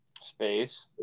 space